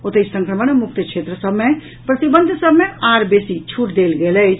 ओतहि संक्रमण मुक्त क्षेत्र सभ मे प्रतिबंध सभ मे आओर बेसी छूट देल गेल अछि